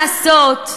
ומה לעשות,